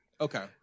Okay